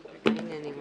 אדוני.